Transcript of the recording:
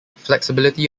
flexibility